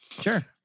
Sure